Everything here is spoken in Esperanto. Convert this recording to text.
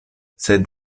sed